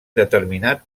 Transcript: determinar